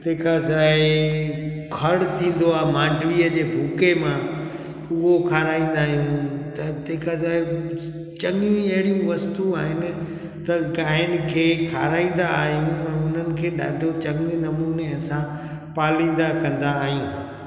तंहिंखां सवाइ खण थींदो आहे मांडवीअ जे बुखे मां उहो खाराईंदा आहियूं त तंहिंखां छा आहे चङियूं ई एड़ियूं वस्तू आहिनि त गाइंनि खे खाराईंदा आहियूं ऐं हुननि खे ॾाढो चङे नमूने असां पालींदा कंदा आहियूं